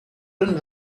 jeunes